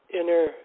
inner